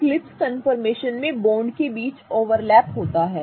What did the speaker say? eclipse conformation में bond के बीच ओवरलैप होता है